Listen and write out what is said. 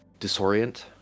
disorient